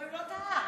אבל הוא לא טעה.